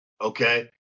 okay